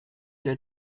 der